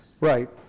Right